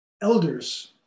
elders